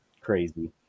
crazy